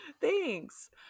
thanks